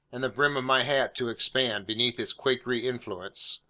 and the brim of my hat to expand, beneath its quakery influence.